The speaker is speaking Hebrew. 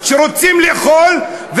שרוצים לאכול,